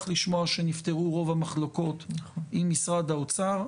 לשמוע שנפתרו רוב המחלוקות עם משרד האוצר,